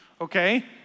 Okay